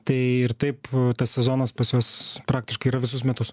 tai ir taip tas sezonas pas juos praktiškai yra visus metus